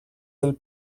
del